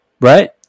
Right